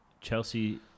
Chelsea